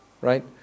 right